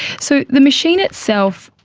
so the machine itself,